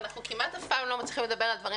אנחנו כמעט אף פעם לא מצליחים לדבר על דברים